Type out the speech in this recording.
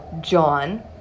John